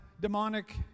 demonic